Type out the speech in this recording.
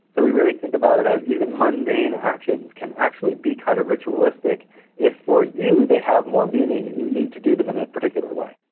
but we really think about it as even mundane actions can actually be kind of ritualistic if for you they have more meaning and you need to do them in a particular way.